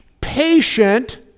patient